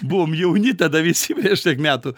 buvom jauni tada visi prieš tiek metų